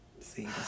See